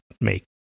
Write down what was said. make